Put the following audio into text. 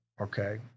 Okay